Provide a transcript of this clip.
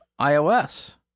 iOS